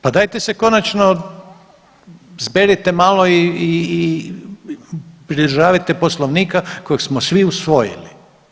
Pa dajte se konačno zberite malo i pridržavajte Poslovnika kojeg smo svi usvojili.